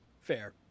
Fair